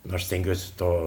nu aš stengiuosi to